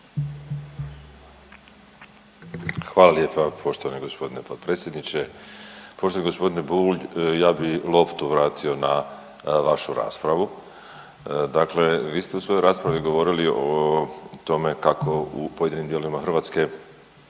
Hvala lijepa poštovani g. potpredsjedniče. Poštovani g. Bulj, ja bi loptu vratio na vašu raspravu. Dakle, vi ste u svojoj raspravi govorili o tome kako u pojedinim dijelovima Hrvatske